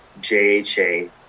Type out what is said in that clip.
JHA